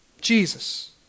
Jesus